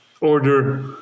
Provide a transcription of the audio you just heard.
order